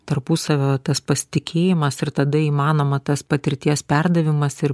tarpusavio tas pasitikėjimas ir tada įmanoma tas patirties perdavimas ir